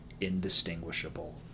indistinguishable